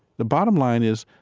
the bottom line is,